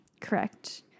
Correct